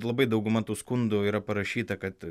labai dauguma tų skundų yra parašyta kad